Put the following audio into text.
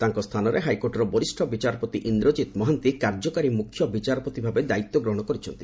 ତାଙ୍କ ସ୍ଥାନରେ ହାଇକୋର୍ଟର ବରିଷ୍ ବିଚାରପତି ଇନ୍ଦ୍ରକିତ ମହାନ୍ତି କାର୍ଯ୍ୟକାରୀ ମୁଖ୍ୟ ବିଚାରପତି ଭାବେ ଦାୟିତ୍ୱଗ୍ରହଶ କରିଛନ୍ତି